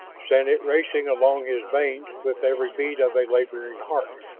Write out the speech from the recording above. sent it racing along his veins with every beat of a laboring heart.